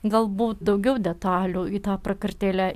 galbūt daugiau detalių į tą prakartėlę